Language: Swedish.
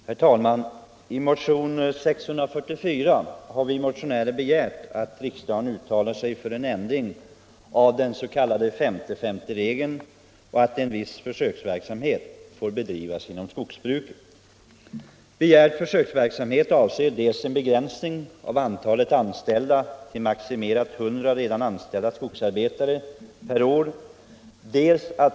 Herr talman! I motion nr 644 har vi motionärer begärt att riksdagen uttalar sig för en ändring av den s.k. 50/50-regeln, och att en viss försöksverksamhet får bedrivas inom skogsbruket. Begärd försöksverksamhet avser ett begränsat antal anställda — maximalt 100 redan anställda skogsarbetare per år.